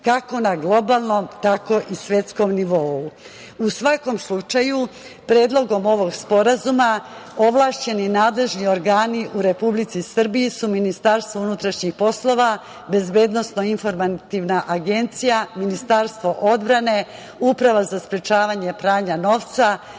kako na globalnom, tako i svetskom nivou.U svakom slučaju, Predlogom ovog sporazuma ovlašćeni nadležni organi u Republici Srbiji su Ministarstvo unutrašnjih poslova, BIA, Ministarstvo odbrane, Uprava za sprečavanje pranja novca,